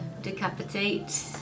decapitate